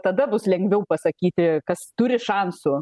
tada bus lengviau pasakyti kas turi šansų